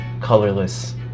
colorless